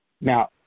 Now